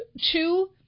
two